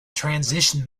transition